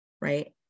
right